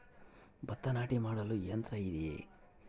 ಭತ್ತ ನಾಟಿ ಮಾಡಲು ಯಂತ್ರ ಇದೆಯೇ?